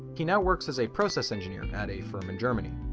he now works as a process engineer at a firm in germany.